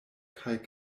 kaj